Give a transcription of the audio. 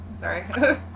Sorry